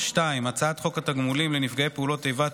2. הצעת חוק התגמולים לנפגעי פעולות איבה (תיקון)